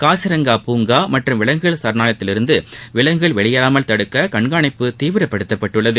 காசிரங்கா பூங்கா மற்றும் விலங்குகள் சரணாலயத்திலிருந்து விலங்குகள் வெளியேறாமல் தடுக்க கண்காணிப்பு தீவிரப்படுத்தப்பட்டுள்ளது